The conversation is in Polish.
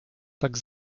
tak